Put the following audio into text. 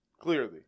Clearly